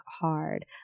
hard